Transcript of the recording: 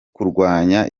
kurwanya